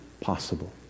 possible